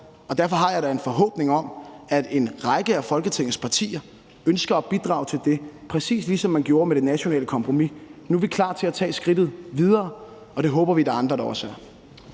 og derfor har jeg da en forhåbning om, at en række af Folketingets partier ønsker at bidrage til det, præcis ligesom man gjorde med det nationale kompromis. Nu er vi klar til at tage skridtet videre, og det håber vi at der er andre der også er.